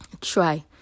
try